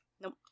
Nope